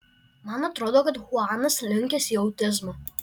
man atrodo kad chuanas linkęs į autizmą